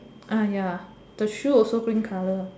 ya the shoe also green colour